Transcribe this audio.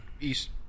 east